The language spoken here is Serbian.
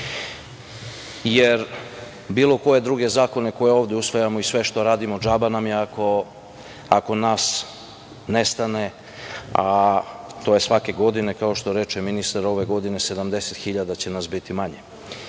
jer bilo koje druge zakone koje ovde usvajamo i sve što radimo džaba nam je ako nas nestane, a to je svake godine, kao što reče ministar, ove godine 70.000 će nas biti manje. Što